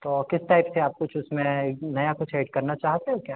तो किस टाइप से आप कुछ उसमें नया कुछ ऐड करना चाहते हो क्या